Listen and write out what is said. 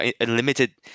unlimited